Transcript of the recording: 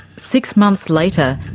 six months later,